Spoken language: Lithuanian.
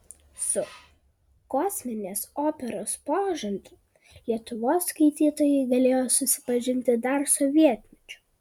su kosminės operos požanriu lietuvos skaitytojai galėjo susipažinti dar sovietmečiu